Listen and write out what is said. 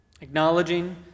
Acknowledging